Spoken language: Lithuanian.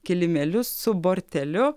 kilimėlius su borteliu